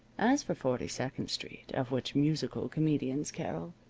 as for forty-second street, of which musical comedians carol,